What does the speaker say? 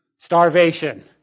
Starvation